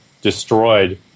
destroyed